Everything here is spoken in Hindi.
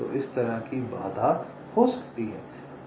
तो इस तरह की बाधा हो सकती है